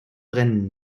brennen